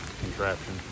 contraption